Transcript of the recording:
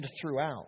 throughout